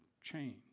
change